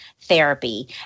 Therapy